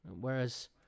whereas